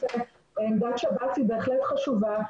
עמדת שב"ס היא בהחלט חשובה,